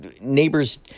neighbors